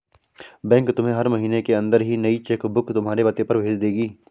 bank तुम्हें एक महीने के अंदर ही नई चेक बुक तुम्हारे पते पर भेज देगी